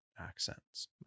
Accents